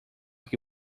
que